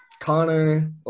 Connor